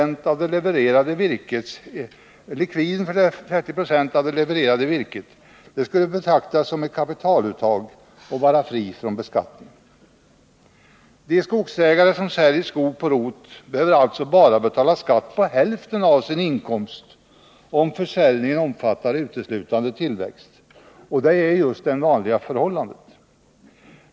De skogsägare som säljer skog på rot behöver alltså bara betala skatt på hälften av sin inkomst, om försäljningen omfattar uteslutande tillväxt, och det är ju det vanliga förhållandet.